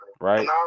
right